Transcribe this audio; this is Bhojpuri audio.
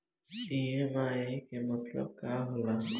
ई.एम.आई के मतलब का होला?